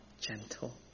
gentle